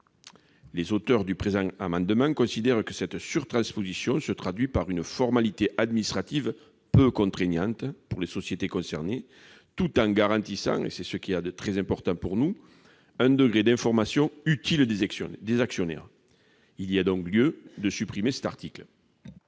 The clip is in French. monétaire et financier. Nous considérons que cette surtransposition se traduit par une formalité administrative peu contraignante pour les sociétés concernées, tout en garantissant, ce qui est, pour nous, très important, un degré d'information utile des actionnaires. Il y a donc lieu de supprimer l'article